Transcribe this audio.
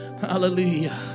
hallelujah